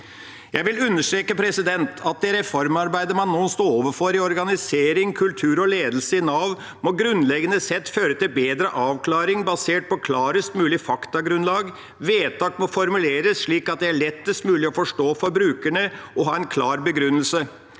Jeg vil understreke at det reformarbeidet en nå står overfor når det gjelder organisering, kultur og ledelse i Nav, må grunnleggende sett føre til bedre avklaring basert på klarest mulig faktagrunnlag. Vedtak må formuleres slik at de er lettest mulig å forstå for brukerne, og ha en klar begrunnelse.